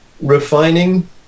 Refining